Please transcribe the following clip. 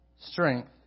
strength